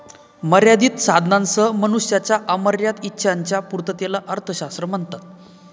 मर्यादित साधनांसह मनुष्याच्या अमर्याद इच्छांच्या पूर्ततेला अर्थशास्त्र म्हणतात